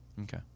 Okay